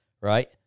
Right